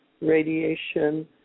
radiation